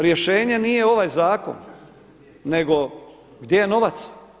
Rješenje nije ovaj zakon, nego gdje je novac?